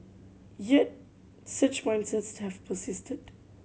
yet such mindsets have persisted